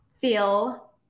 feel